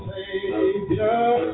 Savior